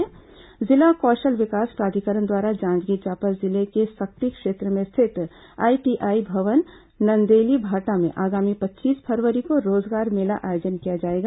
जिला कौशल विकास प्राधिकरण द्वारा जांजगीर चांपा जिले के सक्ती क्षेत्र में स्थित आईटीआई भवन नंदेलीभाठा में आगामी पच्चीस फरवरी को रोजगार मेला का आयोजन किया जाएगा